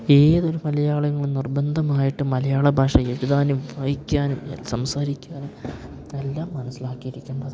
ഏതൊരു മലയാളിയും നിർബന്ധമായിട്ട് മലയാള ഭാഷ എഴുതാനും വായിക്കാനും സംസാരിക്കാനും എല്ലാം മനസ്സിലാക്കിയിരിക്കേണ്ടതാണ്